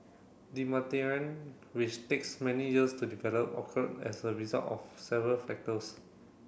which takes many years to develop occured as a result of several factors